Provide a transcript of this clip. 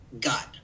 God